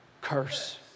curse